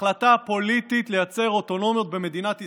החלטה פוליטית לייצר אוטונומיות במדינת ישראל,